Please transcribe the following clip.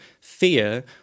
fear